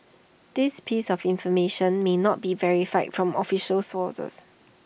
this piece of information may not be verified from official sources